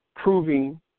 Proving